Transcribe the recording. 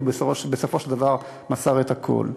ובסופו של דבר מסר את הכול.